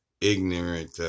ignorant